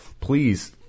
please